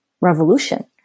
revolution